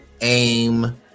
Aim